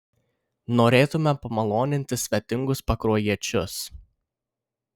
norėtume pamaloninti svetingus pakruojiečius